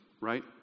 right